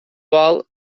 vol